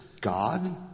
God